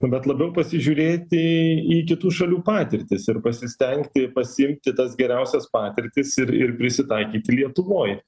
bet labiau pasižiūrėti į kitų šalių patirtis ir pasistengti pasiimti tas geriausias patirtis ir ir prisitaikyti lietuvoj